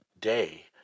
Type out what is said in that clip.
day